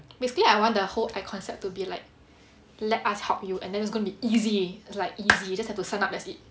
basically I want the whole concept to be like let us help you and then it's going to be like easy it's just like easy just have to sign up that's it